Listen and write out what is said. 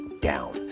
down